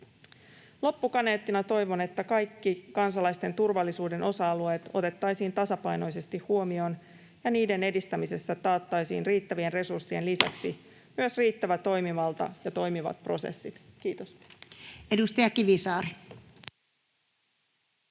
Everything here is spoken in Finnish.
Loppukaneettina toivon, että kaikki kansalaisten turvallisuuden osa-alueet otettaisiin tasapainoisesti huomioon ja niiden edistämisessä taattaisiin riittävien resurssien lisäksi myös riittävä toimivalta ja toimivat prosessit. — Kiitos. [Speech 128]